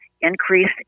increased